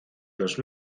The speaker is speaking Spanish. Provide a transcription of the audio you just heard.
los